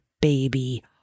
baby